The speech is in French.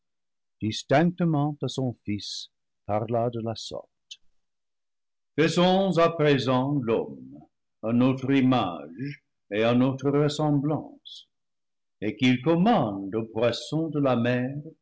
distinctement à son fils parla de la sorte faisons à présent l'homme à notre image et à notre ressemblance et qu'il commande aux poissons de la mer